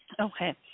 Okay